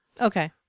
Okay